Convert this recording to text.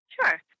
Sure